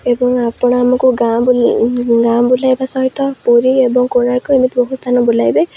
ଏବଂ ଆପଣ ଆମକୁ ଗାଁ ଗାଁ ବୁଲେଇବା ସହିତ ପୁରୀ ଏବଂ କୋଣାର୍କ ଏମିତି ବହୁତ ସ୍ଥାନ ବୁଲାଇବେ